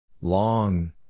Long